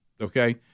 Okay